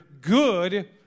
good